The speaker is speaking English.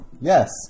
Yes